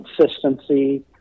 consistency